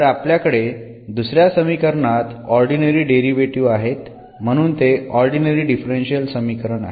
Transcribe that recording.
तर आपल्याकडे दुसऱ्या समीकरणात ऑर्डीनरी डेरिव्हेटीव्ह आहेत म्हणून ते ऑर्डीनरी डिफरन्शियल समीकरण आहे